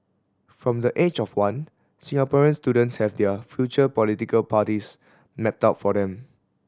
from the age of one Singaporean students have their future political parties mapped out for them